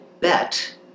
bet